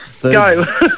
Go